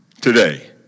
today